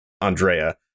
Andrea